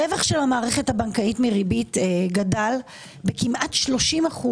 הרווח של המערכת הבנקאית מריבית גדל בכמעט 30%